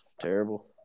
Terrible